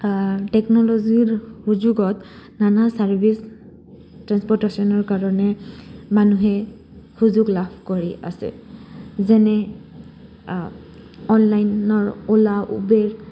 টেকন'লজিৰ সুযোগত নানা ছাৰ্ভিচ ট্ৰেন্সপৰ্টেশ্যনৰ কাৰণে মানুহে সুযোগ লাভ কৰি আছে যেনে অনলাইনৰ অ'লা উবেৰ